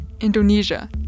Indonesia